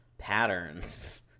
patterns